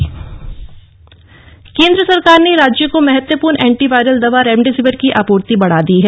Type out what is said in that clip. remdesivir केन्द्र सरकार ने राज्यों को महत्वपूर्ण एंटीवायरल दवा रेमडेसिविर की आपूर्ति बढ़ा दी है